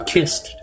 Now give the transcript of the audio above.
Kissed